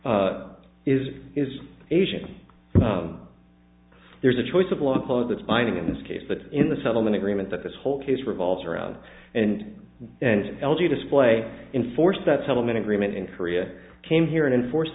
clause is is asian there's a choice of local or that's binding in this case but in the settlement agreement that this whole case revolves around and and l g display in force that settlement agreement in korea came here and enforce